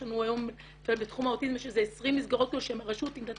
יש לנו היום בתחום האוטיזם 20 מסגרות שהרשות נתנה